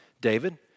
David